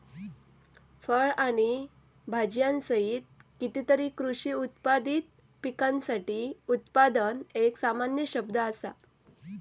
फळ आणि भाजीयांसहित कितीतरी कृषी उत्पादित पिकांसाठी उत्पादन एक सामान्य शब्द असा